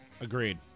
Agreed